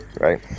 right